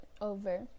over